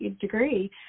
degree